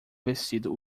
vestido